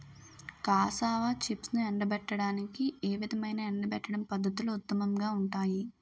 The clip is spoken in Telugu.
కాసావా చిప్స్ను ఎండబెట్టడానికి ఏ విధమైన ఎండబెట్టడం పద్ధతులు ఉత్తమంగా ఉంటాయి?